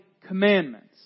commandments